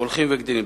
הולכים וגדלים.